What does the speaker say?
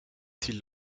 till